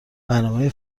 برنامههای